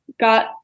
got